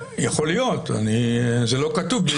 יכול להיות, זה לא כתוב.